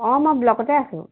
অঁ মই ব্লকতে আছোঁ